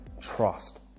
trust